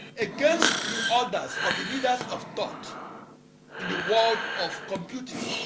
against the orders of the leaders of thought in the world of computing